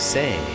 say